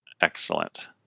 Excellent